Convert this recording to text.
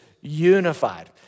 unified